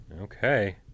Okay